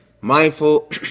mindful